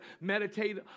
Meditate